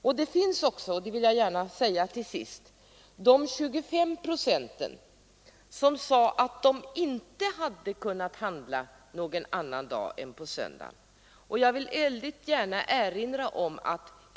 Dessutom finns — det vill jag gärna till sist påminna om — de 25 procent som sade att de inte hade kunnat handla någon annan dag än på söndag.